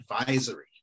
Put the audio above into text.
advisory